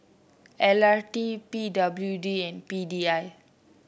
L T P W D and P D I